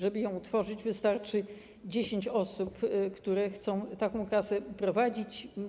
Żeby ją utworzyć wystarczy 10 osób, które chcą taką kasę prowadzić.